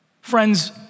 Friends